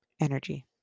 Energy